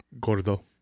Gordo